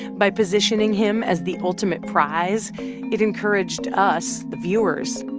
by positioning him as the ultimate prize it encouraged us, the viewers,